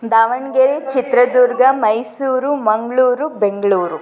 Davanagere Chitradurga Mysuru Mangaluru Bengaluru